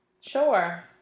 Sure